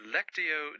Lectio